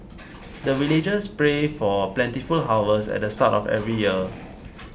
the villagers pray for plentiful harvest at the start of every year